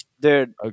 dude